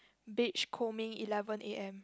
beach combing eleven a_m